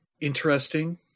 interesting